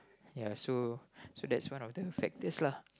ya so so that's one of the factors lah